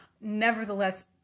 nevertheless